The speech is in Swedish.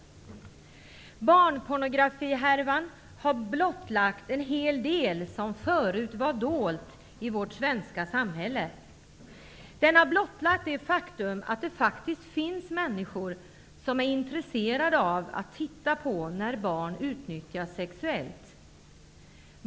Barnpornografihärvan har blottlagt en hel del som förut var dolt i vårt svenska samhälle. Den har blottlagt det faktum att det faktiskt finns människor som är intresserade av att titta på när barn utnyttjas sexuellt.